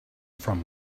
from